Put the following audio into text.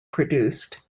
produced